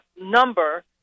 number